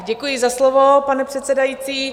Děkuji za slovo, pane předsedající.